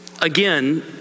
again